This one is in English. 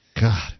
God